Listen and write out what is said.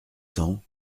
cents